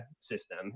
system